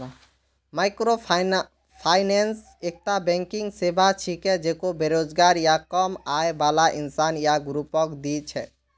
microfinance एकता banking सेवा छिके जेको बेरोजगार या कम आय बाला इंसान या ग्रुपक दी छेक